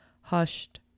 hushed